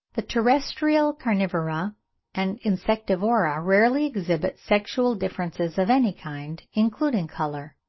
the terrestrial carnivora and insectivora rarely exhibit sexual differences of any kind, including colour.